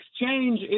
exchange